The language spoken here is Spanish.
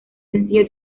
sencillo